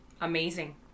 amazing